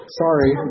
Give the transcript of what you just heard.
sorry